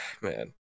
man